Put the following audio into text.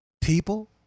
People